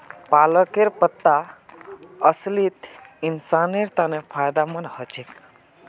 पालकेर पत्ता असलित इंसानेर तन फायदा ह छेक